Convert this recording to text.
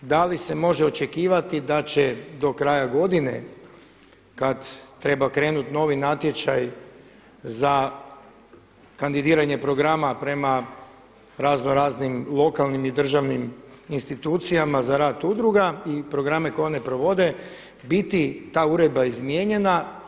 Da li se može očekivati da će do kraja godine kada treba krenuti novi natječaj za kandidiranje programa prema raznoraznim lokalnim i državnim institucijama za rad udruga i programe koje one provode, biti ta uredba izmijenjena?